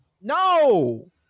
No